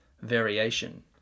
variation